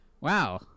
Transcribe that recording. wow